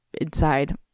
inside